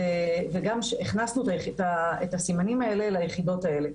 והכנסנו את הסימנים האלה ליחידות האלה.